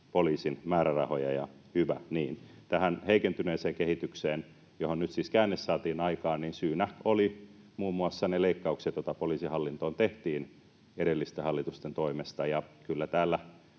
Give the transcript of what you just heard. poliisin määrärahoja, ja hyvä niin. Tähän heikentyneeseen kehitykseen, johon nyt siis saatiin käänne aikaan, syynä olivat muun muassa ne leikkaukset, joita poliisihallintoon tehtiin edellisten hallitusten toimesta — ja kyllä täällä